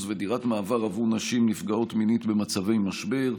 ודירת מעבר עבור נשים נפגעות מינית במצבי משבר.